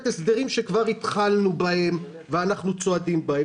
הסדרים שכבר התחלנו בהם ואנחנו צועדים בהם.